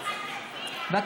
יוסי, תסכים.